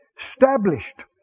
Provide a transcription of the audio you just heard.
established